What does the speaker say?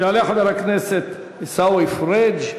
יעלה חבר הכנסת עיסאווי פריג',